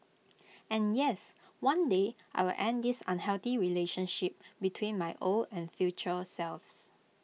and yes one day I will end this unhealthy relationship between my old and future selves